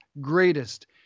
greatest